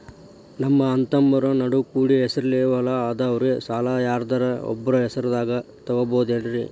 ನಮ್ಮಅಣ್ಣತಮ್ಮಂದ್ರ ನಡು ಕೂಡಿ ಹೆಸರಲೆ ಹೊಲಾ ಅದಾವು, ಸಾಲ ಯಾರ್ದರ ಒಬ್ಬರ ಹೆಸರದಾಗ ತಗೋಬೋದೇನ್ರಿ?